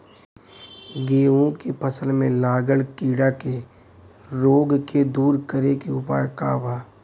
गेहूँ के फसल में लागल कीड़ा के रोग के दूर करे के उपाय का बा?